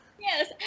Yes